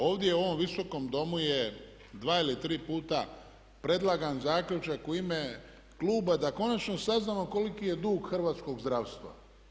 Ovdje u ovom Visokom domu je dva ili tri puta predlagan zaključak u ime Kluba da konačno saznamo koliki je dug Hrvatskog zdravstva.